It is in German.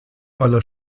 aller